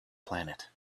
planet